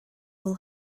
will